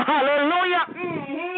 Hallelujah